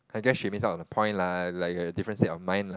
I guess she miss out on the point lah like different set of mind lah